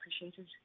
appreciated